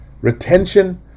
Retention